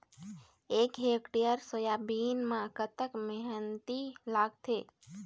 एक hectare soybean म कतक मेहनती लागथे?